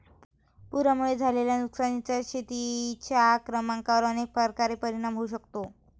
पुरामुळे झालेल्या नुकसानीचा शेतीच्या कामांवर अनेक प्रकारे परिणाम होऊ शकतो